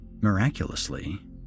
Miraculously